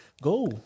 go